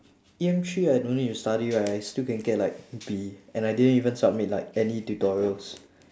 E M three I don't need to study right I still can get like B and I didn't even submit like any tutorials